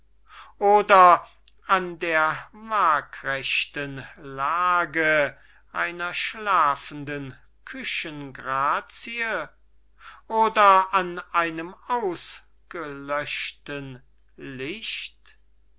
oder an der wagrechten lage einer schlafenden küchen grazie oder an einem ausgelöschten licht